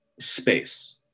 space